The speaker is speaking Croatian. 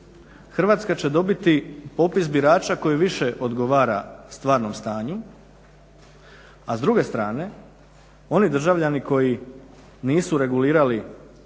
Hrvatska će dobiti opis birača koji više odgovara stvarnom stanju, a s druge strane oni državljani koji nisu regulirali